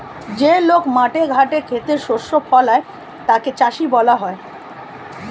যে লোক মাঠে ঘাটে খেতে শস্য ফলায় তাকে চাষী বলা হয়